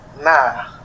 Nah